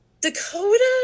Dakota